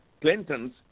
Clintons